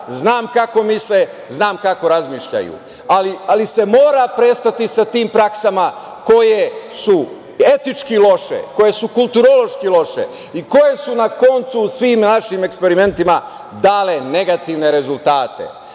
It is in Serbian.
znam kako misle, znam kako razmišljaju, ali se mora prestati sa tim praksama koje su etički loše, koje su kulturološki loše i koje su na koncu svim našim eksperimentima dale negativne rezultate. Dakle,